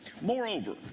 Moreover